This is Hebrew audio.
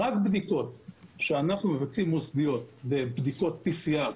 רק הבדיקות המוסדיות שאנחנו מבצעים - בדיקות PCR,